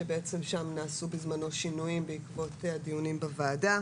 ששם נעשו בזמנו שינויים בעקבות דיונים בוועדה.